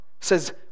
says